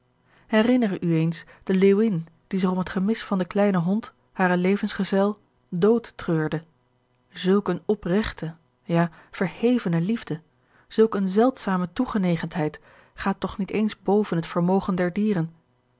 herinner u eens de leeuwin die zich om het gemis van den kleinen hond haren levensgezel doodtreurde zulk eene opregte ja verhevene liefde zulk eene zeldzame toegenegenheid gaat toch niet eens boven het vermogen der dieren